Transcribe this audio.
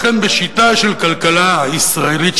לכן בשיטה של הכלכלה הישראלית,